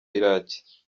iraki